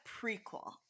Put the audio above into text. prequel